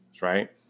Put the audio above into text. right